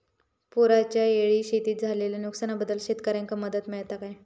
पुराच्यायेळी शेतीत झालेल्या नुकसनाबद्दल शेतकऱ्यांका मदत मिळता काय?